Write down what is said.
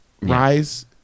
Rise